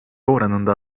oranında